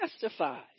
testifies